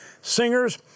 singers